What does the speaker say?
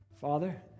Father